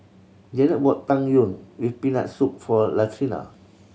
Janette bought Tang Yuen with Peanut Soup for Latrina